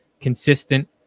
consistent